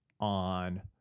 on